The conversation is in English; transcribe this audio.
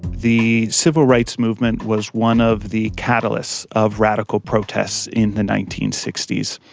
the civil rights movement was one of the catalysts of radical protests in the nineteen sixty s.